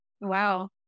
Wow